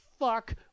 fuck